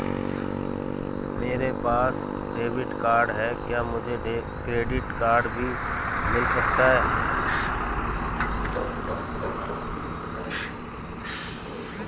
मेरे पास debit card है क्या मुझे क्रेडिट कार्ड भी मिल सकता है?